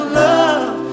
love